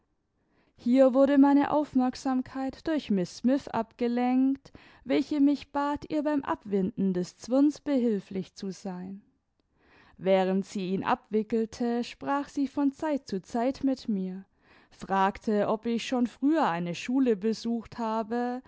hier wurde meine aufmerksamkeit durch miß smith abgelenkt welche mich bat ihr beim abwinden des zwirns behilflich zu sein während sie ihn abwickelte sprach sie von zeit zu zeit mit mir fragte ob ich schon früher eine schule besucht habe